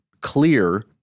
clear